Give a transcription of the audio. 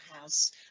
House